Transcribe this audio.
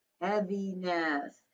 heaviness